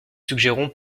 suggérons